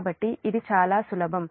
కాబట్టి ఇది చాలా సులభం